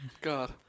God